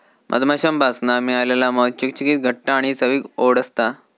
मधमाश्यांपासना मिळालेला मध चिकचिकीत घट्ट आणि चवीक ओड असता